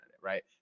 right